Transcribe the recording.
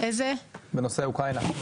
הנושא של הכפלה של מסילת החוף,